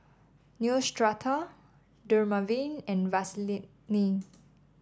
Neostrata Dermaveen and